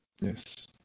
yes